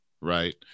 right